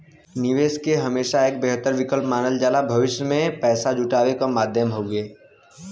निवेश के हमेशा एक बेहतर विकल्प मानल जाला भविष्य में पैसा जुटावे क माध्यम हउवे